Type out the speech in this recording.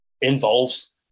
involves